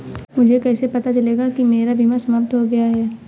मुझे कैसे पता चलेगा कि मेरा बीमा समाप्त हो गया है?